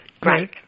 Great